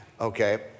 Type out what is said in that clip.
okay